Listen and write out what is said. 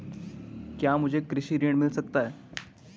क्या मुझे कृषि ऋण मिल सकता है?